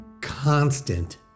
constant